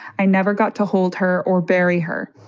i never got to hold her or bury her.